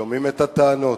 שומעים את הטענות,